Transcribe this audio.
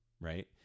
Right